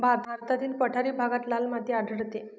भारतातील पठारी भागात लाल माती आढळते